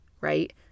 right